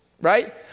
right